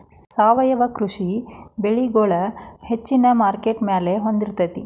ಸಾವಯವ ಕೃಷಿ ಬೆಳಿಗೊಳ ಹೆಚ್ಚಿನ ಮಾರ್ಕೇಟ್ ಮೌಲ್ಯ ಹೊಂದಿರತೈತಿ